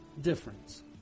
difference